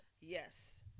yes